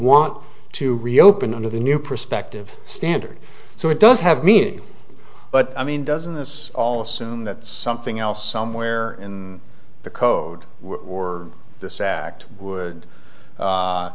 want to reopen under the new perspective standard so it does have meaning but i mean doesn't this all assume that something else somewhere in the code or this act would